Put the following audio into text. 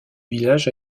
village